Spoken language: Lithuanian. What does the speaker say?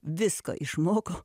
visko išmokau